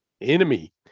Enemy